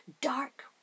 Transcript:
dark